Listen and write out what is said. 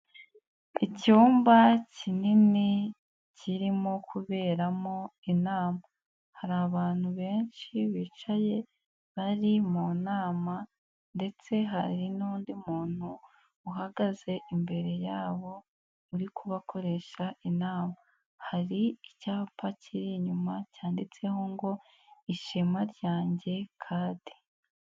Icyumba kinini kirimo kuberamo inama, hari abantu benshi bicaye bari mu nama, ndetse hari n'undi muntu uhagaze imbere yabo uri kubakoresha inama, hari icyapa kiri inyuma cyanditseho ngo ishema ryanjye kadi.